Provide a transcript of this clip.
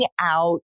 out